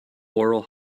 oral